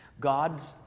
God's